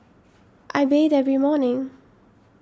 I bathe every morning